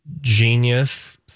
genius